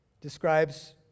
describes